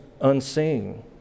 unseen